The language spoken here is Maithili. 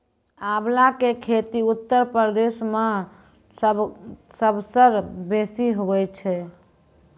आंवला के खेती उत्तर प्रदेश मअ सबसअ बेसी हुअए छै